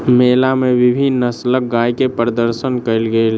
मेला मे विभिन्न नस्लक गाय के प्रदर्शन कयल गेल